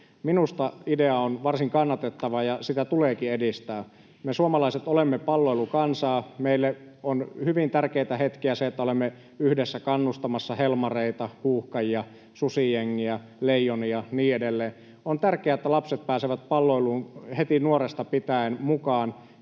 Minusta idea on varsin kannatettava, ja sitä tuleekin edistää. Me suomalaiset olemme palloilukansaa. Meille ovat hyvin tärkeitä hetkiä ne, kun olemme yhdessä kannustamassa Helmareita, Huuhkajia, Susijengiä, Leijonia ja niin edelleen. On tärkeää, että lapset pääsevät palloiluun heti nuoresta pitäen mukaan.